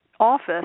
office